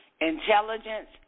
Intelligence